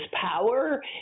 power